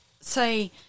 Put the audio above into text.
say